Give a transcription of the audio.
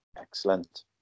excellent